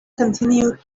continued